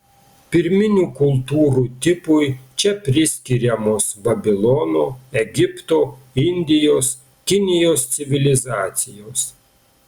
pirminių kultūrų tipui čia priskiriamos babilono egipto indijos kinijos civilizacijos